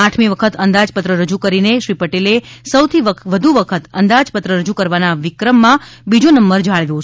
આઠમી વખત અંદાજપત્ર રજૂ કરી ને શ્રી પટેલે સૌથી વધુ વખત અંદાજપત્ર રજૂ કરવાના વિક્રમ માં બીજો નંબર જાળવ્યો છે